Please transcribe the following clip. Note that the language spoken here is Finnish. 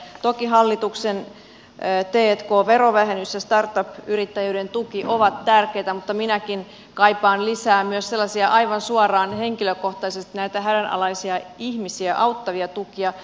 toki hallituksen t k verovähennys ja start up yrittäjyyden tuki ovat tärkeitä mutta minäkin kaipaan lisää myös sellaisia aivan suoraan henkilökohtaisesti näitä hädänalaisia ihmisiä auttavia tukia